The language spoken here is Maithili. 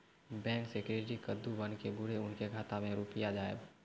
बैंक से क्रेडिट कद्दू बन के बुरे उनके खाता मे रुपिया जाएब?